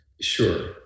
Sure